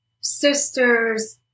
sister's